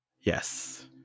Yes